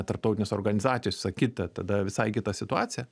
tarptautinės organizacijos visa kita tada visai kita situacija